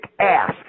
ass